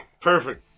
Perfect